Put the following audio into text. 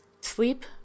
Sleep